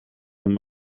ihrem